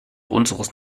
unseres